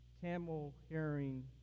camel-herring